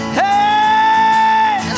hey